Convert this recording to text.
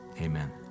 Amen